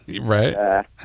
Right